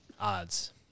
odds